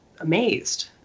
amazed